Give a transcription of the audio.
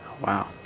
wow